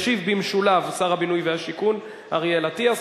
ישיב במשולב שר הבינוי והשיכון אריאל אטיאס,